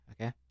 okay